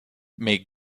may